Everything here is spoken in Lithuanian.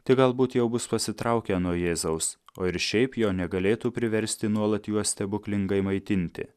tik galbūt jau bus pasitraukę nuo jėzaus o ir šiaip jo negalėtų priversti nuolat juos stebuklingai maitinti